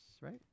right